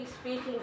speaking